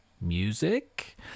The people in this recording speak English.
music